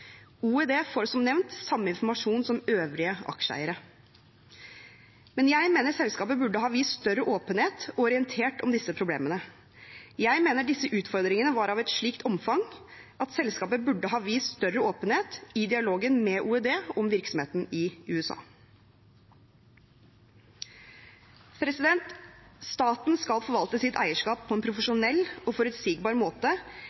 får som nevnt samme informasjon som øvrige aksjeeiere. Men jeg mener selskapet burde ha vist større åpenhet og orientert om disse problemene. Jeg mener disse utfordringene var av et slikt omfang at selskapet burde ha vist større åpenhet i dialogen med OED om virksomheten i USA. Staten skal forvalte sitt eierskap på en profesjonell og forutsigbar måte